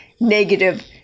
negative